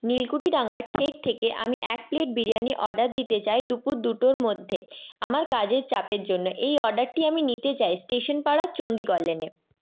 নীলকুঠি ডাঙার ঠেক থেকে আমি এক প্লেট বিরিয়ানি অর্ডার দিতে চাই দুপুর দুটোর মধ্যে আমার কাজের চাপের জন্য এই অর্ডারটি আমি নিতে চাই স্টেশন পাড়া চণ্ডীগড় লেনে